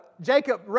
Jacob